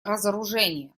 разоружения